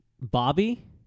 Bobby